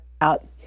out